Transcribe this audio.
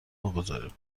بگذاریم